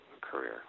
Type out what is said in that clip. career